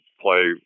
play